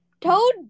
Toad